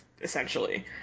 essentially